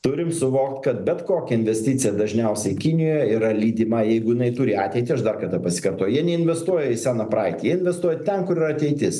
turim suvokt kad bet kokia investicija dažniausiai kinijoje yra lydima jeigu jinai turi ateitį aš dar kartą pasikartoju jie neinvestuoja į seną praeitį jie investuoja ten kur yra ateitis